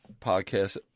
Podcast